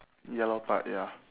yellow part ya